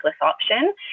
option